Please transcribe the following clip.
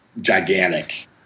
gigantic